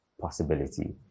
possibility